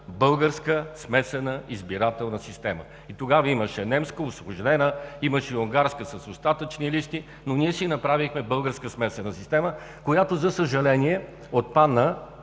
българска смесена избирателна система. И тогава имаше немска усложнена, имаше и унгарска с остатъчни листи, но ние си направихме българска смесена система, която, за съжаление, отпадна